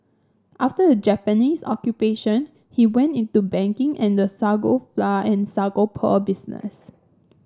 after the Japanese Occupation he went into banking and the sago flour and sago pearl business